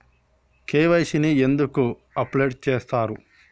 KYC ని ఎందుకు update చేత్తరు?